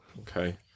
Okay